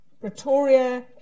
Pretoria